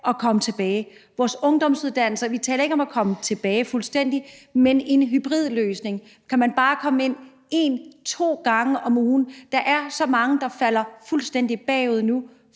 forhold til vores ungdomsuddannelser taler vi ikke om at komme tilbage fuldstændig, men om en hybridløsning, så man bare kan komme ind 1 til 2 gange om ugen. Der er så mange, der sakker fuldstændig bagud nu